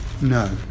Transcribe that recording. No